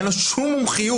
אין לו שום מומחיות,